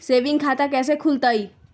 Saving खाता कैसे खुलतई?